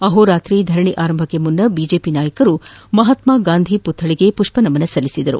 ಆಹೋ ರಾತ್ರಿ ಧರಣಿ ಆರಂಭಕ್ಕೆ ಮುನ್ನ ಬಿಜೆಪಿ ನಾಯಕರು ಮಹಾತ್ಮ ಗಾಂಧಿ ಪುಕ್ವಳಿಗೆ ಮಷ್ಪನಮನ ಮಾಡಿದರು